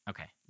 Okay